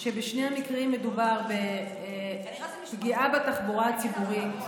למרות שבשני המקרים יש פגיעה בתחבורה הציבורית,